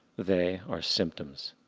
they are symptoms.